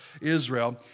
Israel